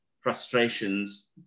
frustrations